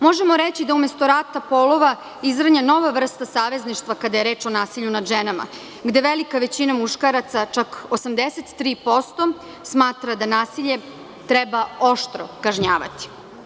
Možemo reći da umesto rata polova izranja nova vrsta savezništva kada je reč o nasilju nad ženama, gde velika većina muškaraca, čak 83%, smatra da nasilje treba oštro kažnjavati.